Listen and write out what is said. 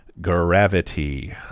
gravity